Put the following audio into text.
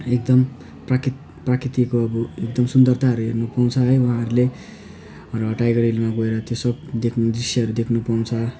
एकदम प्राकृत प्राकृतिको अब एकदम सुन्दरताहरू हेर्नु पाउँछ है उहाँहरूले र टाइगर हिलमा गएर त्यो सब देख्नु दृश्यहरू देख्नु पाउँछ